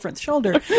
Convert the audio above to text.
shoulder